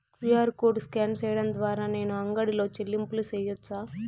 QR code scan సేయడం ద్వారా నేను అంగడి లో చెల్లింపులు సేయొచ్చా?